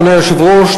אדוני היושב-ראש,